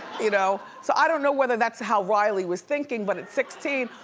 you know so i don't know whether that's how riley was thinking, but at sixteen,